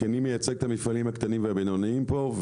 כי אני מייצג את המפעלים הקטנים והבינויים פה,